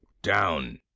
down.